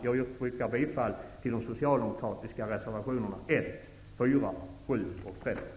Jag yrkar bifall till de socialdemokratiska reservationerna 1, 4, 7 och 13.